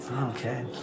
Okay